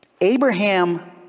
Abraham